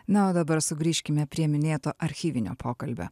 na o dabar sugrįžkime prie minėto archyvinio pokalbio